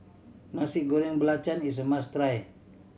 Nasi Goreng Belacan is a must try